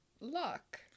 luck